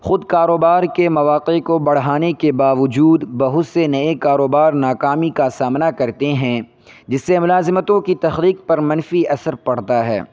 خود کاروبار کے مواقع کو بڑھانے کے باوجود بہت سے نئے کاروبار ناکامی کا سامنا کرتے ہیں جس سے ملازمتوں کی تخلیق پر منفی اثر پڑتا ہے